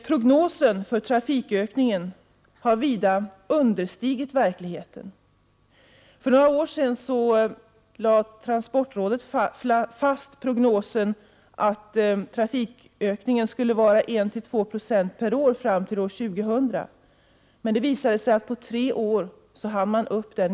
Prognosen för trafikökningen har vida understigit verkligheten. För några år sedan lade transportrådet fast prognosen att trafikökningen skulle bli 1-2 96 per år fram till år 2000. Det visade sig att man på tre år hade hunnit upp dit.